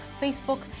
Facebook